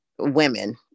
women